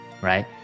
right